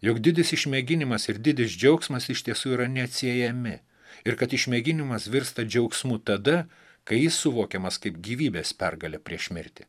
jog didis išmėginimas ir didis džiaugsmas iš tiesų yra neatsiejami ir kad išmėginimas virsta džiaugsmu tada kai jis suvokiamas kaip gyvybės pergalė prieš mirtį